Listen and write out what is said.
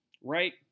right